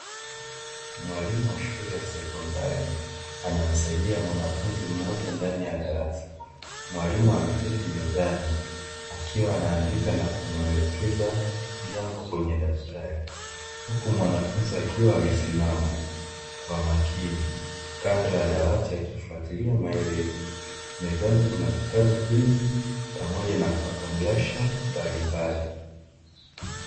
Mwalimu wa Shule ya Sekondari anasaidia mwanafunzi mmoja ndani ya darasa. Mwalimu ameketi mezani akiwa anaandika na kumuelekeza jambo kwenye daftari, huku mwanafunzi akiwa amesimama kwa makini kando ya dawati akifuatilia maelezo. Mezani kuna vitabu vingi pamoja na makablasha mbalimbali.